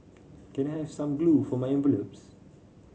can I have some glue for my envelopes